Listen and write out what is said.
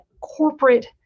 corporate